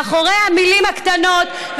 מאחורי המילים הקטנות,